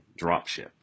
dropship